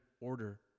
order